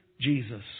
Jesus